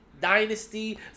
Dynasty